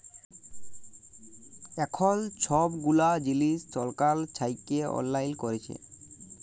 এখল ছব গুলা জিলিস ছরকার থ্যাইকে অললাইল ক্যইরেছে